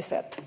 besed.